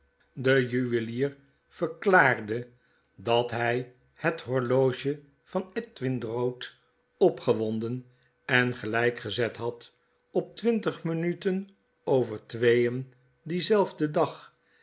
edwin drood klaarde dat hy het horloge van edwin drood opgewonden en gelyk gezet had op twintig minuten over tweeen dienzelfden dag